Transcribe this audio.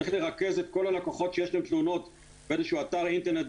צריך לרכז את כל הלקוחות שיש להם תלונות באיזה שהוא אתר אינטרנט,